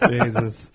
Jesus